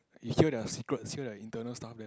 you hear their secrets here like internal staff there